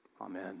Amen